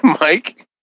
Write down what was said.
Mike